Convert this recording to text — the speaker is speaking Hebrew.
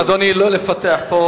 אדוני, לא לפתח פה